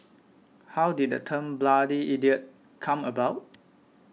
how did the term bloody idiot come about